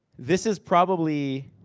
this is, probably,